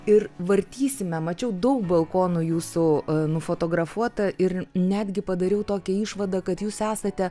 ir vartysime mačiau daug balkonų jūsų nufotografuota ir netgi padariau tokią išvadą kad jūs esate